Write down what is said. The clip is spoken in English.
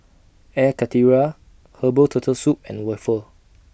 Air Karthira Herbal Turtle Soup and Waffle